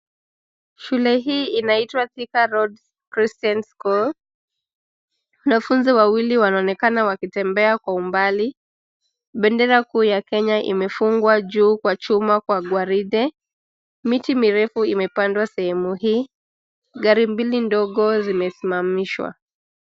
Shule hii inaitwa Thika Road Christian School. Wanafunzi wawili wanaonekana wakitembea kwa umbali. Bendera kuu ya Kenya imefungwa juu kwa chuma kwa gwaride. Miti mirefu imepandwa sehemu hii. Gari mbili ndogo zimesimamishwa.